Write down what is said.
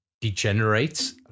degenerates